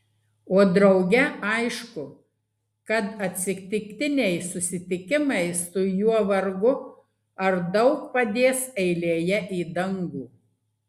o drauge aišku kad atsitiktiniai susitikimai su juo vargu ar daug padės eilėje į dangų